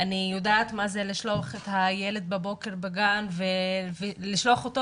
אני יודעת מה זה לשלוח את הילד בבוקר לגן ולשלוח אותו